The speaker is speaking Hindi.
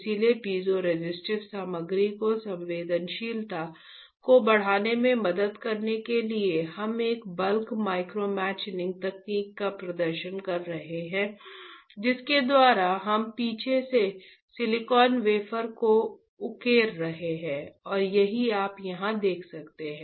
इसलिए पीज़ोरेसिस्टिव सामग्री की संवेदनशीलता को बढ़ाने में मदद करने के लिए हम एक बल्क माइक्रो मैचिनिंग तकनीक का प्रदर्शन कर रहे हैं जिसके द्वारा हम पीछे से सिलिकॉन वेफर को उकेर रहे हैं और यही आप यहाँ देख सकते हैं